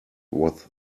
was